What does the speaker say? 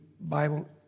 Bible